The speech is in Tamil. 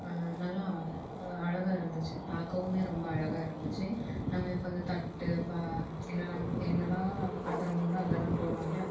நல்லா அழகா இருந்துச்சு பார்க்கவுமே ரொம்ப அழகா இருந்துச்சு நம்ம இப்போ அந்த தட்டு பா என்னெல்லாம் என்னெல்லாம் பாத்திரம் உண்டோ அதெல்லாம் போடுவோம் இல்லையா